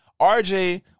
RJ